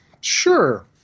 Sure